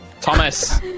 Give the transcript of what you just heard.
Thomas